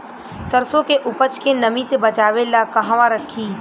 सरसों के उपज के नमी से बचावे ला कहवा रखी?